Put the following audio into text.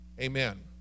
Amen